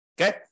Okay